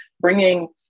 bringing